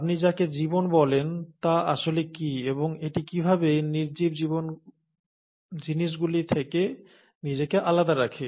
আপনি যাকে 'জীবন' বলেন তা আসলে কি এবং এটি কিভাবে নির্জীব জিনিসগুলি থেকে নিজেকে আলাদা রাখে